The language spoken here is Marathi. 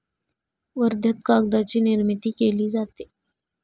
वर्ध्यात कागदाची निर्मिती केली जाते